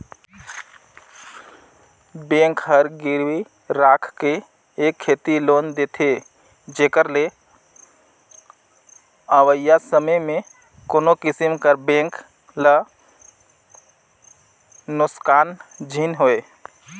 bank हर गिरवी राखके ए सेती लोन देथे जेकर ले अवइया समे में कोनो किसिम कर बेंक ल नोसकान झिन होए